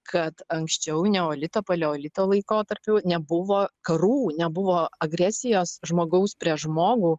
kad anksčiau neolito paleolito laikotarpiu nebuvo karų nebuvo agresijos žmogaus prieš žmogų